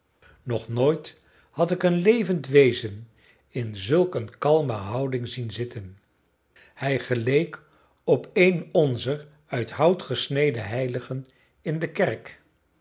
nog nooit had ik een levend wezen in zulk een kalme houding zien zitten hij geleek op een onzer uit hout gesneden heiligen in de kerk